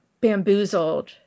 bamboozled